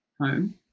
home